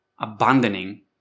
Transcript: abandoning